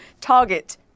target